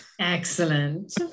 Excellent